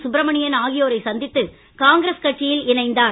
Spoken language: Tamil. சுப்ரமணியன் ஆகியோரை சந்தித்து காங்கிரஸ் கட்சியில் இணைந்தார்